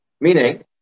meaning